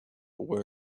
where